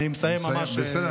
בסדר.